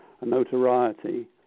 notoriety